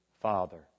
Father